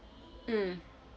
mm